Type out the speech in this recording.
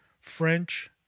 French